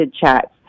chats